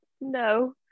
No